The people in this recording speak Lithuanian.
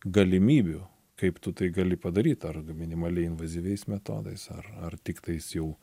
galimybių kaip tu tai gali padaryt ar minimaliai invazyviais metodais ar ar tiktais jau